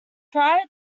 prior